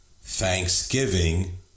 thanksgiving